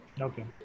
Okay